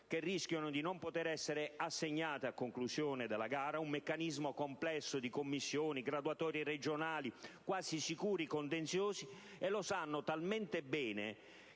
che rischiano di non poter essere assegnate a conclusione della gara (un meccanismo complesso di commissioni, graduatorie regionali, quasi sicuri contenziosi). E lo sanno talmente bene